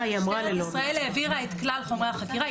משטרת ישראל העבירה את כלל חומרי החקירה,